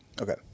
Okay